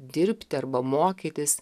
dirbti arba mokytis